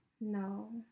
No